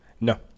No